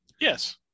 Yes